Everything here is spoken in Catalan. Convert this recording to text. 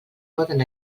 poden